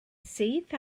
syth